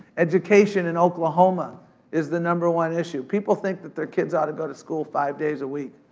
education in oklahoma is the number one issue. people think that their kids ought to go to school five days a week.